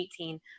2018